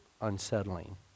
unsettling